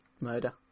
murder